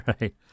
right